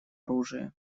оружия